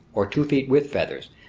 or two feet with feathers,